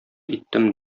иттем